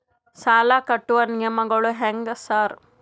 ಸಾಲ ಕಟ್ಟುವ ನಿಯಮಗಳು ಹ್ಯಾಂಗ್ ಸಾರ್?